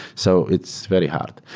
so it's very hard.